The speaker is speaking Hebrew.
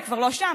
היא כבר לא שם,